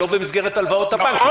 ולא במסגרת הלוואות הבנקים.